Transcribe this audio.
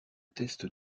test